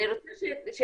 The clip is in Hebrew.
אני רוצה שתחשבו,